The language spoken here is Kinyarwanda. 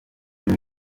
new